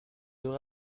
aurez